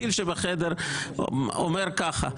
הפיל שבחדר אומר ככה,